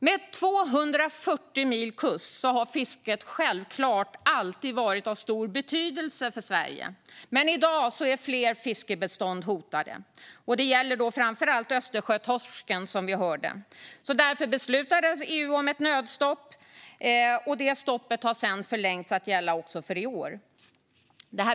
Med 240 mil kust har fisket självklart alltid varit av stor betydelse för Sverige. Men i dag är flera fiskebestånd hotade. Det gäller framför allt Östersjötorsken. Därför fattade EU beslut om ett nödstopp. Stoppet har förlängts att gälla också för i år.